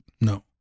No